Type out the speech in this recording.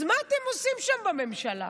אז מה אתם עושים שם בממשלה?